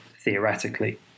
theoretically